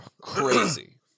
crazy